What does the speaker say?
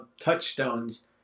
touchstones